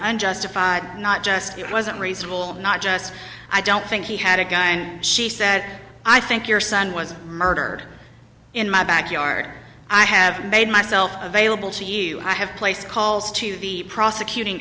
unjustified not just wasn't reasonable not just i don't think he had a guy and she said i think your son was murdered in my backyard i have made myself available to you i have placed calls to the prosecuting